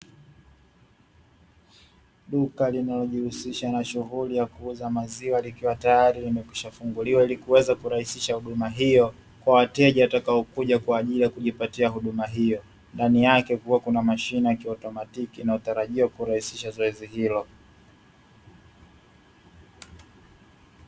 Duka linalojihusisha na shughuli ya kuuza maziwa, likiwa tayari limekwisha funguliwa ili kuweza kurahisisha huduma hiyo kwa wateja watakokuja kwa ajili ya kujipatia huduma hiyo. Ndani yake kukiwa kuna mashine ya kiotomatiki inayotarajiwa kurahisisha zoezi hilo.